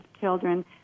children